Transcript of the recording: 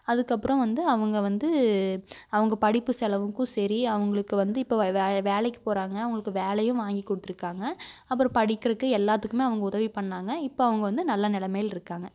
அதுக்கப்றம் வந்து அவங்க வந்து அவங்க படிப்பு செலவுக்கும் சரி அவங்களுக்கு வந்து இப்போ வேலைக்கு போகிறாங்க அவங்களுக்கு வேலையும் வாங்கி கொடுத்துருக்காங்க அப்பறம் படிக்கிறதுக்கு எல்லாத்துக்கும் அவங்க உதவி பண்ணாங்க இப்போ அவங்க வந்து நல்ல நிலைமையில் இருக்காங்க